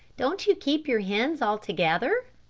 don't you keep your hens all together?